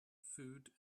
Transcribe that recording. food